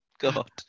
god